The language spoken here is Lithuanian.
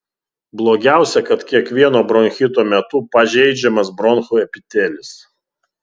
blogiausia kad kiekvieno bronchito metu pažeidžiamas bronchų epitelis